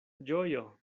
ĝojo